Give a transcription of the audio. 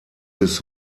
bis